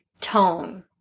tone